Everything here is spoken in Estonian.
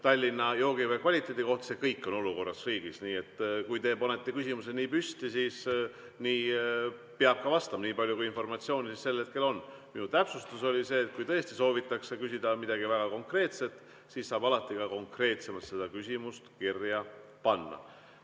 Tallinna joogivee kvaliteedi kohta – see kõik on olukord riigis. Nii et kui teie panete küsimuse nii püsti, siis nii peab vastama, nii palju kui informatsiooni sel hetkel on. Minu täpsustus oli see, et kui tõesti soovitakse küsida midagi väga konkreetset, siis saab alati ka konkreetsemalt seda küsimust kirja panna. Nüüd